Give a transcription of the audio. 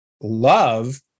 love